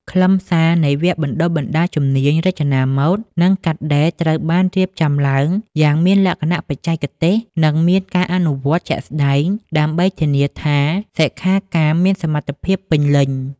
ខ្លឹមសារនៃវគ្គបណ្តុះបណ្តាលជំនាញរចនាម៉ូដ និងកាត់ដេរត្រូវបានរៀបចំឡើងយ៉ាងមានលក្ខណៈបច្ចេកទេស និងមានការអនុវត្តជាក់ស្តែង ដើម្បីធានាថាសិក្ខាកាមមានសមត្ថភាពពេញលេញ។